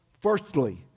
firstly